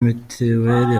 mitiweri